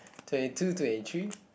twenty two twenty three